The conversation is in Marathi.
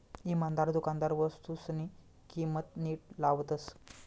इमानदार दुकानदार वस्तूसनी किंमत नीट लावतस